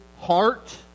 heart